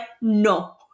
no